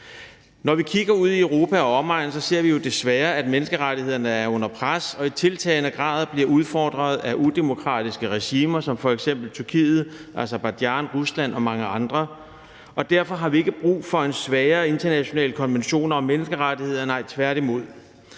Når vi kigger ud i Europa og omegn, ser vi jo desværre, at menneskerettighederne er under pres og i tiltagende grad bliver udfordret af udemokratiske regimer som f.eks. i Tyrkiet, Aserbajdsjan, Rusland og mange andre lande. Og derfor har vi ikke brug for en svagere international konvention om menneskerettigheder, nej, tværtimod.